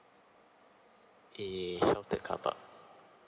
eh the car park